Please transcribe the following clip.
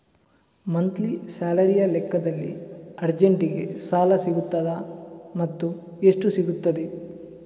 Monthly ಸ್ಯಾಲರಿಯ ಲೆಕ್ಕದಲ್ಲಿ ಅರ್ಜೆಂಟಿಗೆ ಸಾಲ ಸಿಗುತ್ತದಾ ಮತ್ತುಎಷ್ಟು ಸಿಗುತ್ತದೆ?